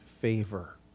favor